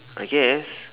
I guess